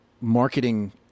marketing